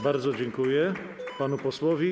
Bardzo dziękuję panu posłowi.